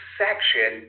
section